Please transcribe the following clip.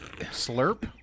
slurp